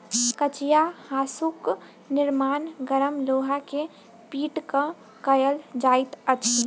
कचिया हाँसूक निर्माण गरम लोहा के पीट क कयल जाइत अछि